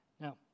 Now